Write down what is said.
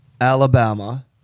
Alabama